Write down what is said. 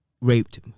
raped